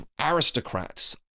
aristocrats